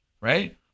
right